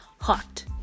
Hot